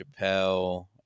Chappelle